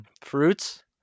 fruits